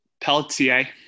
Pelletier